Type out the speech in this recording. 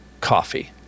coffee